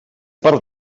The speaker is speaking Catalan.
per